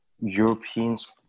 Europeans